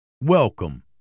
Welcome